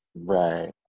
right